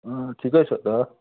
अँ ठिकै छ त